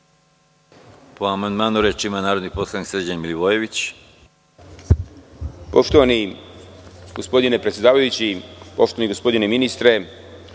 Po amandmanu, reč ima narodni poslanik Srđan Milivojević.